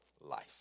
life